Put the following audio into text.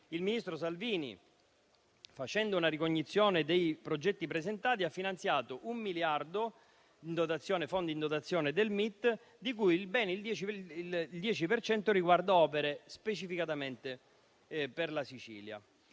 il ministro Salvini, facendo una ricognizione dei progetti presentati, ha finanziato un miliardo dei fondi in dotazione del MIT, di cui ben il 10 per cento specificatamente in opere per la Sicilia.